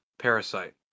parasite